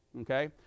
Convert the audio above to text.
Okay